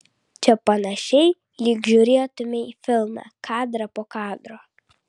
čia panašiai lyg žiūrėtumei filmą kadrą po kadro